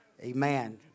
Amen